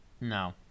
No